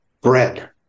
bread